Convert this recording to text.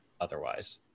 Otherwise